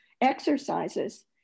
exercises